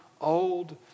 old